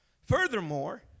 Furthermore